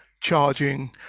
charging